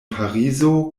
parizo